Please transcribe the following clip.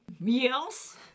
Yes